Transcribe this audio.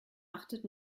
achtet